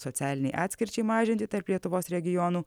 socialinei atskirčiai mažinti tarp lietuvos regionų